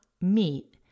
meat